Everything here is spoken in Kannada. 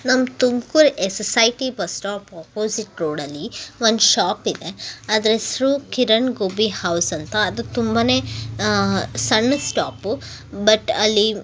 ನಮ್ಮ Tumkur S S I T bus stop opposite ರೋಡಲ್ಲಿ ಒಂದು ಶಾಪ್ ಇದೆ ಅದ್ರ ಹೆಸ್ರು ಕಿರಣ್ ಗೋಬಿ ಹೌಸ್ ಅಂತ ಅದು ತುಂಬ ಸಣ್ಣ ಸ್ಟಾಪು ಬಟ್ ಅಲ್ಲಿ